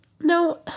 No